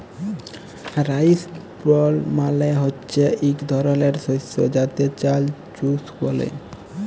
rice ব্রল মালে হচ্যে ইক ধরলের শস্য যাতে চাল চুষ ব্যলে